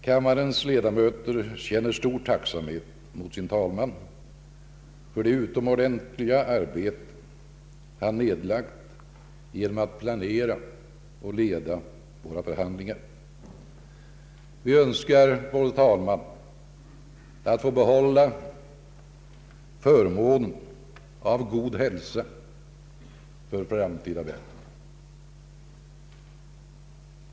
Kammarens ledamöter känner stor tacksamhet mot sin talman för det utomordentliga arbete han nedlagt genom att planera och leda våra förhandlingar. Vi önskar vår talman att få behålla förmånen av god hälsa för framtida värv!